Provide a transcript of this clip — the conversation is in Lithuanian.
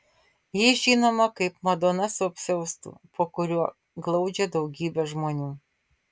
ji žinoma kaip madona su apsiaustu po kuriuo glaudžia daugybę žmonių